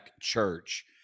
Church